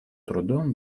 трудом